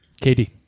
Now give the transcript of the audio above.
Katie